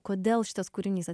kodėl šitas kūrinys